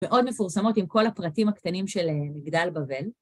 מאוד מפורסמות עם כל הפרטים הקטנים של מגדל בבל.